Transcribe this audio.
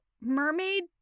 mermaid